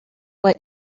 what